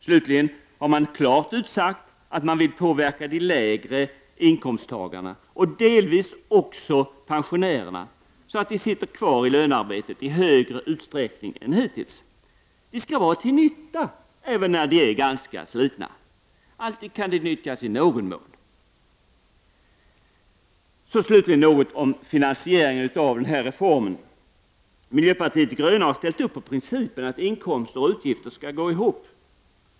Slutligen har man klart utsagt att man vill påverka de lägre inkomsttagarna och delvis också pensionärerna, så att de stannar kvar i lönearbete i större utsträckning än hittills. De skall vara till nytta även när de är ganska slitna — alltid kan de nyttjas i någon mån. Jag vill också säga något om finansieringen av reformen. Miljöpartiet de gröna har ställt sig bakom principen att inkomster och utgifter skall gå ihop.